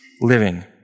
living